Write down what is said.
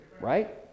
right